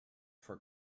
for